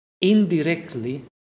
indirectly